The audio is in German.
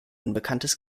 unbekanntes